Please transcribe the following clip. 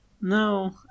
No